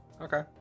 Okay